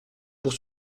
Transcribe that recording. pour